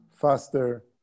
faster